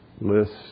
List